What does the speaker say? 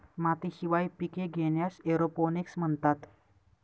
मातीशिवाय पिके घेण्यास एरोपोनिक्स म्हणतात